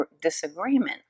disagreement